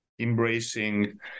embracing